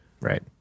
Right